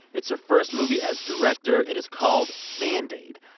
it's her first movie as director. it is called band aid.